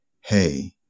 Hey